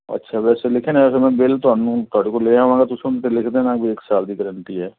ਅੱਛਾ ਵੈਸੇ ਲਿਖਿਆ ਨਹੀਂ ਹੋਇਆ ਫਿਰ ਮੈਂ ਬਿਲ ਤੁਹਾਨੂੰ ਤੁਹਾਡੇ ਕੋਲ ਲੇ ਆਵਾਂਗਾ ਤੁਸੀਂ ਉਹਦੇ 'ਤੇ ਲਿਖ ਦੇਣਾ ਵੀ ਇੱਕ ਸਾਲ ਦੀ ਗਰੰਟੀ ਹੈ